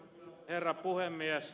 herra puhemies